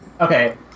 Okay